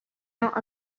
not